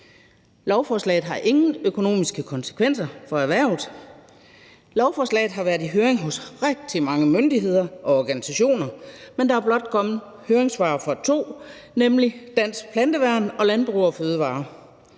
Lovforslaget har ingen økonomiske konsekvenser for erhvervet. Lovforslaget har været i høring hos rigtig mange myndigheder og organisationer, men der er blot kommet høringssvar fra to, nemlig Dansk Planteværn og Landbrug & Fødevarer,